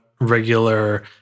regular